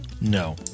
No